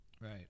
Right